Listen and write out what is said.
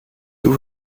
d’où